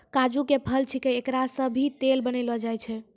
काजू के फल छैके एकरा सॅ भी तेल बनैलो जाय छै